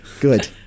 good